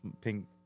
Pink